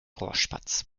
rohrspatz